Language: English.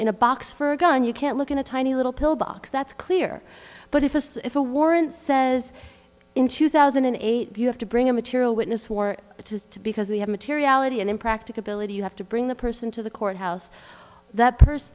in a box for a gun you can't look in a tiny little pill box that's clear but if it's if a warrant says in two thousand and eight you have to bring a material witness war it has to because we have materiality and impracticability you have to bring the person to the court house the purse